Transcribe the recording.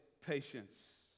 patience